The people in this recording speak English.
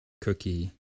cookie